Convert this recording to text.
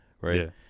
right